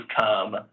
come